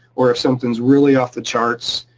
or if something's really off the charts,